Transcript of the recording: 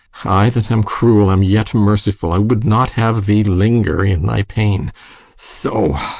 i that am cruel am yet merciful i would not have thee linger in thy pain so,